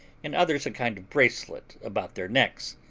and others a kind of bracelet about their necks,